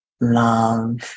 love